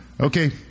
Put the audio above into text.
Okay